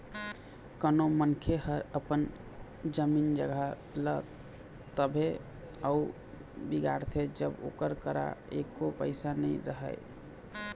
कोनो मनखे ह अपन जमीन जघा ल तभे अउ बिगाड़थे जब ओकर करा एको पइसा नइ रहय